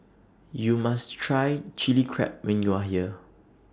YOU must Try Chili Crab when YOU Are here